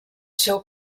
seu